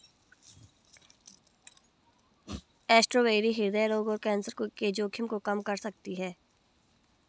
strawberry हृदय रोग और कैंसर के जोखिम को कम कर सकती है